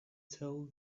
tell